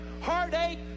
Heartache